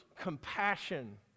compassion